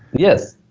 yes.